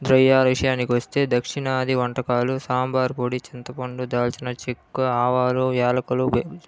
ద్రవ్యాల విషయానికి వస్తే దక్షిణాది వంటకాలు సాంబార్పొడి చింతపండు దాల్చినచెక్క ఆవాలు యాలకులు